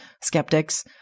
skeptics